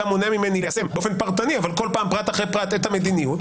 אתה מונע ממני ליישם באופן פרטני אבל כל פעם פרט אחרי פרט את המדיניות.